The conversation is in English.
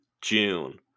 June